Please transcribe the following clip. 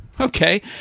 Okay